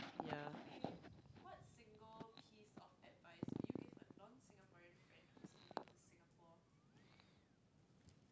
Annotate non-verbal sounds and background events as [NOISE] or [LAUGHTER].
ya [NOISE]